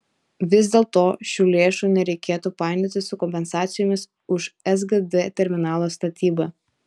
vis dėlto šių lėšų nereikėtų painioti su kompensacijomis už sgd terminalo statybą